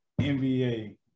NBA